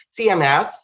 CMS